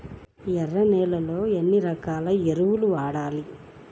ఎర్ర నేలలో ఏ రకం ఎరువులు వాడాలి?